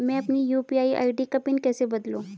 मैं अपनी UPI ID का पिन कैसे बदलूं?